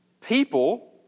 people